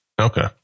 Okay